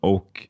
Och